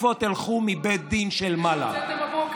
לאיפה תלכו מבית דין של מעלה?